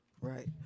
right